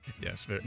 Yes